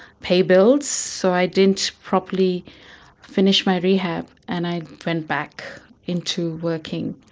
pay bills, so i didn't properly finish my rehab and i went back into working.